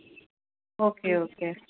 okay okay